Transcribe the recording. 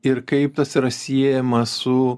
ir kaip tas yra siejama su